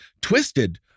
twisted